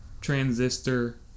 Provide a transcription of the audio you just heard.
Transistor